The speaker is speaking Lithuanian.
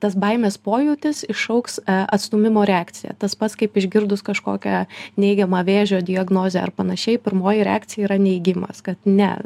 tas baimės pojūtis iššauks atstūmimo reakciją tas pats kaip išgirdus kažkokią neigiamą vėžio diagnozę ar panašiai pirmoji reakcija yra neigimas kad ne